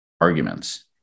arguments